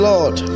Lord